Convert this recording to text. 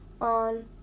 on